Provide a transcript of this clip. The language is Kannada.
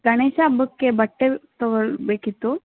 ಗಣೇಶ ಹಬ್ಬಕ್ಕೆ ಬಟ್ಟೆ ತೊಗೊಳ್ಳಬೇಕಿತ್ತು